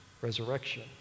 resurrection